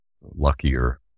luckier